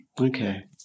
Okay